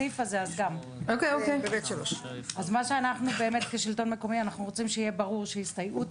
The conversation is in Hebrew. אנחנו כשלטון מקומי רוצים שיהיה ברור שהסתייעות,